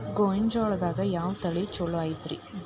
ಗೊಂಜಾಳದಾಗ ಯಾವ ತಳಿ ಛಲೋ ಐತ್ರಿ?